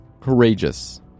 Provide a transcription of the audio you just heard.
courageous